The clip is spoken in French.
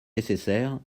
nécessaire